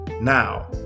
Now